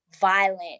violent